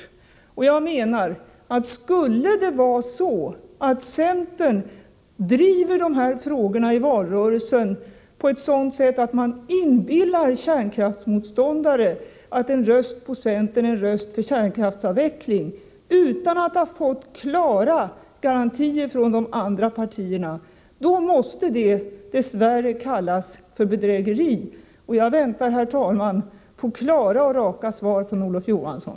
Skulle det vara så att centern utan att ha fått klara garantier från de andra partierna driver de här frågorna i valrörelsen på ett sådant sätt att man inbillar kärnkraftsmotståndare att en röst på centern är en röst på kärnkraftsavveckling, måste det dess värre kallas för bedrägeri. Jag väntar, herr talman, på klara och raka svar från Olof Johansson.